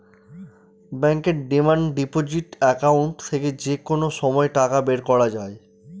ব্যাঙ্কের demand deposit account থেকে যে কোনো সময় টাকা বের করা যায়